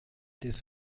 des